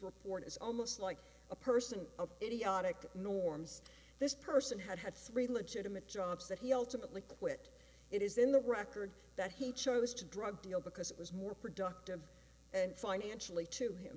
report as almost like a person of idiotic norms this person had had three legitimate jobs that he ultimately quit it is in the record that he chose to drug deal because it was more productive and financially to him